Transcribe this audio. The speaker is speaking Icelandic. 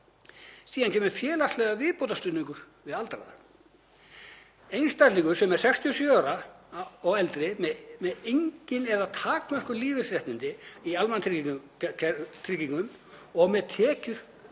Síðan kemur félagslegur viðbótarstuðningur við aldraða: „Einstaklingur sem er 67 ára eða eldri með engin eða takmörkuð lífeyrisréttindi í almannatryggingum og með tekjur“